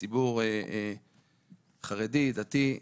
הציבור החרדי דתי.